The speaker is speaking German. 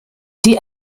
die